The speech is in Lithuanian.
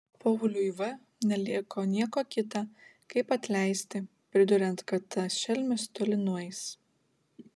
pauliui v neliko nieko kita kaip atleisti priduriant kad tas šelmis toli nueis